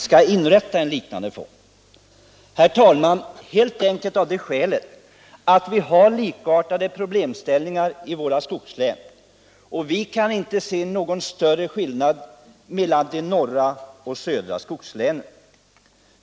Det är, herr talman, helt enkelt av det skälet att skogslänen har likartade problem, och vi kan inte se någon större skillnad mellan de norra och de södra skogslänen.